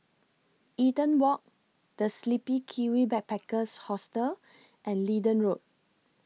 Eaton Walk The Sleepy Kiwi Backpackers Hostel and Leedon Road